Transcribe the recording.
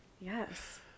Yes